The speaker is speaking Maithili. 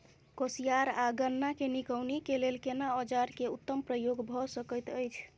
कोसयार आ गन्ना के निकौनी के लेल केना औजार के उत्तम प्रयोग भ सकेत अछि?